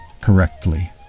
correctly